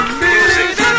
music